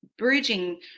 Bridging